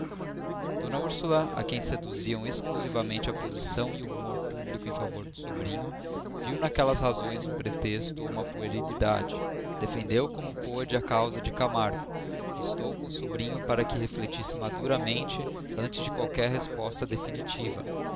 a quem seduziam exclusivamente a posição e o rumor público em favor do sobrinho viu naquelas razões um pretexto ou uma puerilidade defendeu como pôde a causa de camargo instou com o sobrinho para que refletisse maduramente antes de qualquer resposta definitiva